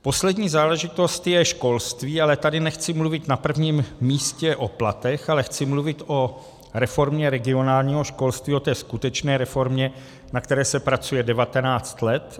Poslední záležitost je školství, ale tady nechci mluvit na prvním místě o platech, ale chci mluvit o reformě regionálního školství, o té skutečné reformě, na které se pracuje 19 let.